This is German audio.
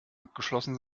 abgeschlossen